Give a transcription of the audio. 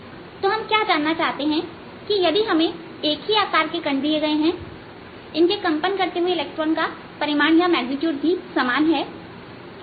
इसलिए जो हम क्या जानना चाहते है कि हमें एक ही आकार के कण दिए गए हैं इनके कंपन करते हुए इलेक्ट्रॉन का परिमाण भी समान है